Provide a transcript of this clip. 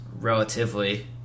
relatively